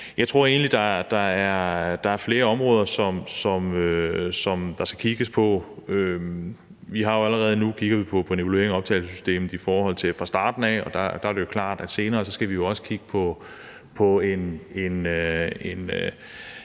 Jeg tror egentlig, der er flere områder, der skal kigges på. Allerede nu kigger vi på en evaluering af optagelsessystemet i forhold til fra starten af. Og der er det jo klart, at vi senere også skal kigge på en